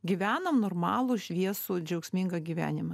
gyvename normalų šviesų džiaugsmingą gyvenimą